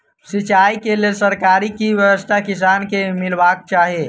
सिंचाई केँ लेल सरकारी की व्यवस्था किसान केँ मीलबाक चाहि?